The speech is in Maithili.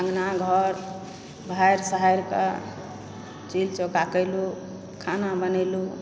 अङ्गना घर बहारि सोहारिकऽ चूल्ही चौका केलुँ खाना बनेलुँ